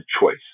choice